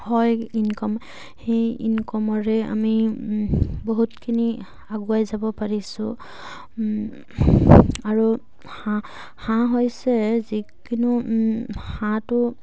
হয় ইনকম সেই ইনকমৰে আমি বহুতখিনি আগুৱাই যাব পাৰিছোঁ আৰু হাঁহ হাঁহ হৈছে যিকোনো হাঁহটো